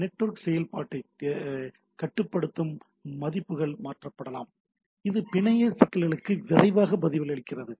network செயல்பாட்டைக் கட்டுப்படுத்தும் மதிப்புகள் மாற்றப்படலாம் இது பிணைய சிக்கல்களுக்கு விரைவாக பதிலளிக்க அனுமதிக்கிறது